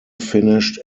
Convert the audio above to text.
finished